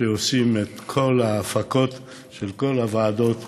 הם עושים את כל ההפקות של כל הוועדות והישיבות,